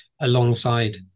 alongside